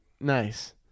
nice